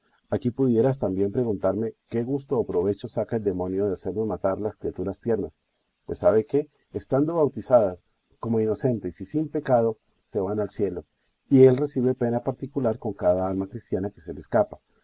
aquí pudieras también preguntarme qué gusto o provecho saca el demonio de hacernos matar las criaturas tiernas pues sabe que estando bautizadas como inocentes y sin pecado se van al cielo y él recibe pena particular con cada alma cristiana que se le escapa